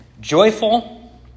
joyful